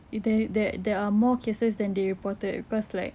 there there there are more cases than they reported because like